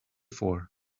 for